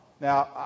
Now